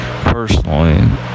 personally